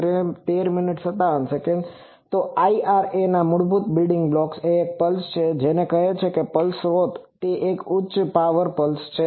તો IRAના મૂળભૂત બિલ્ડિંગ બ્લોક્સ એક પલ્સ છે જેને કહે છે કે પલ્સ સ્ત્રોત તે એક ઉચ્ચ પાવર પલ્સ છે